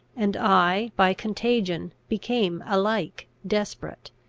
and i by contagion became alike desperate.